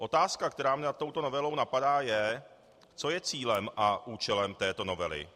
Otázka, která mě nad touto novelou napadá, je, co je cílem a účelem této novely.